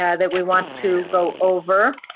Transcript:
yeah that we want to go over.